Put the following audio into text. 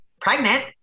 pregnant